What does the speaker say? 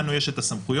לנו יש את הסמכויות,